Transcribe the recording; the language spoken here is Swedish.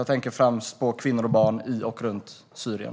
Jag tänker främst på kvinnor och barn i och runt Syrien.